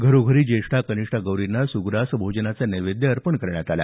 घरोघरी ज्येष्ठा कनिष्ठा गौरींना सुग्रास भोजनाचा नैवेद्य अर्पण करण्यात आला